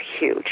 huge